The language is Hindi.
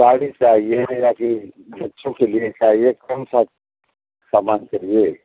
साड़ी चाहिए बच्चो के लिए चाहिए कौन सा समान चाहिए